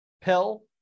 pill